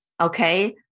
Okay